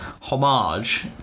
homage